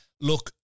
Look